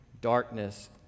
darkness